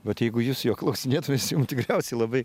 vat jeigu jūs jo klausinėtumėt jis jum tikriausiai labai